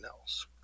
else